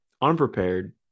unprepared